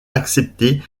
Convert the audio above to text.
accepté